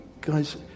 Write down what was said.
guys